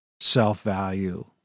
self-value